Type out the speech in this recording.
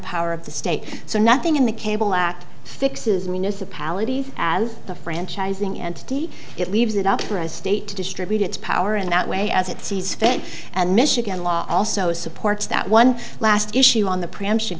power of the state so nothing in the cable act fixes municipalities as the franchising entity it leaves it up for a state to distribute its power in that way as it sees fit and michigan law also supports that one last issue on the preemption